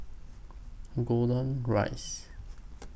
Golden Rise